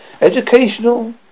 Educational